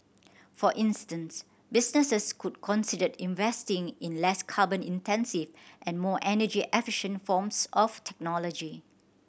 for instance businesses could consider investing in less carbon intensive and more energy efficient forms of technology